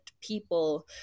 people